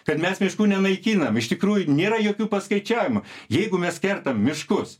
kad mes miškų nenaikinam iš tikrųjų nėra jokių paskaičiavimų jeigu mes kertam miškus